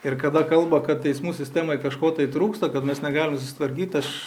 ir kada kalba kad teismų sistemoj kažko trūksta kad mes negalim susitvarkyt aš